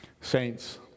saints